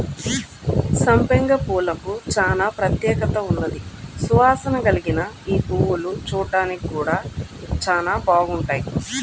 సంపెంగ పూలకు చానా ప్రత్యేకత ఉన్నది, సువాసన కల్గిన యీ పువ్వులు చూడ్డానికి గూడా చానా బాగుంటాయి